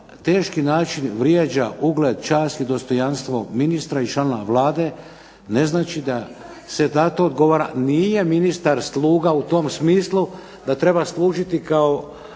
teški način vrijeđa ugled, čast i dostojanstvo ministra i članova Vlade ne znači da se na to odgovara. Nije ministar sluga u tom smislu da treba služiti kao